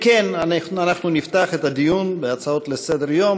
אם כן, אנחנו נפתח את הדיון בהצעות לסדר-היום.